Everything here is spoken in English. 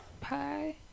pie